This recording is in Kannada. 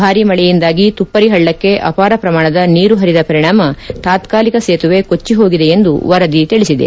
ಭಾರಿ ಮಳೆಯಿಂದಾಗಿ ತುಪ್ಪರಿ ಹಳ್ಳಕ್ಕೆ ಅಪಾರ ಪ್ರಮಾಣದ ನೀರು ಹರಿದ ಪರಿಣಾಮ ತಾತ್ಕಾಲಿಕ ಸೇತುವೆ ಕೊಚ್ಚಹೋಗಿದೆ ಎಂದು ವರದಿ ತಿಳಿಸಿದೆ